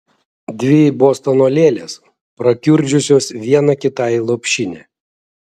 dvi bostono lėlės prakiurdžiusios viena kitai lopšinę